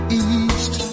east